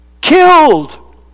killed